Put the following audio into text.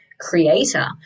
creator